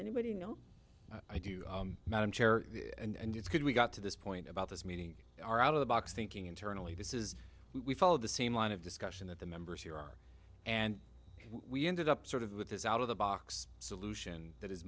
anybody you know i do madam chair and it's good we got to this point about this meeting are out of the box thinking internally this is we follow the same line of discussion that the members here are and we ended up sort of with this out of the box solution that is